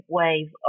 wave